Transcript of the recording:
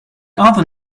other